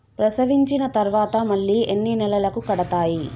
ప్రసవించిన తర్వాత మళ్ళీ ఎన్ని నెలలకు కడతాయి?